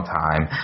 time